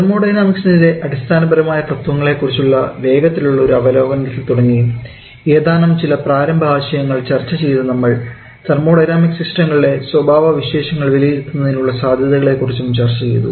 തെർമോഡൈനാമിക്സ്ൻറെ അടിസ്ഥാനപരമായ തത്വങ്ങളെ കുറിച്ചുള്ള വേഗത്തിലുള്ള ഒരു അവലോകനത്തിൽ തുടങ്ങി ഏതാനും ചില പ്രാരംഭ ആശയങ്ങൾ ചർച്ച ചെയ്ത നമ്മൾ തെർമോഡൈനാമിക്സ് സിസ്റ്റങ്ങളുടെ സ്വഭാവവിശേഷങ്ങൾ വിലയിരുത്തുന്നതിനുള്ള സാധ്യതകളെക്കുറിച്ചും ചർച്ച ചെയ്തു